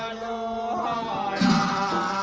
law